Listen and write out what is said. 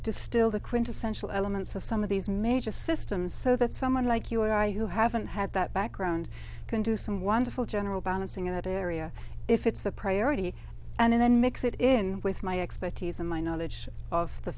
distill the quintessential elements of some of these major systems so that someone like you or i who haven't had that background can do some wonderful general balancing in that area if it's a priority and then mix it in with my expertise and my knowledge of the